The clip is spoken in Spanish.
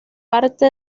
parte